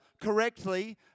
correctly